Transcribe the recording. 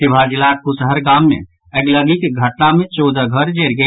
शिवहर जिलाक कुशहर गाम मे अगिलगिक घटना मे चौदह घर जरि गेल